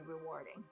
rewarding